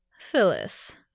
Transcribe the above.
Phyllis